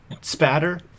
Spatter